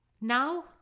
Now